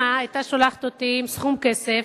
אמא היתה שולחת אותי עם סכום כסף,